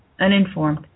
Uninformed